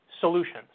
solutions